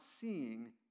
seeing